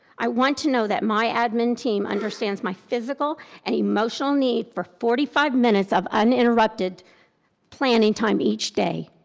i want to know that my admin team understands my physical and emotional need for forty five minutes of uninterrupted planning time each day,